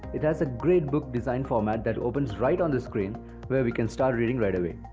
it has a great book design format that opens right on the screen where we can start reading right away.